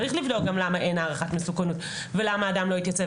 צריך לבדוק גם למה אין הערכת מסוכנות ולמה אדם לא התייצב.